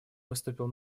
выступил